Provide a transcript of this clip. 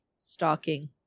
stalking